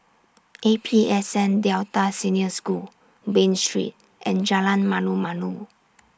A P S N Delta Senior School Bain Street and Jalan Malu Malu